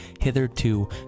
hitherto